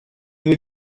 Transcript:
بدید